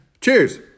Cheers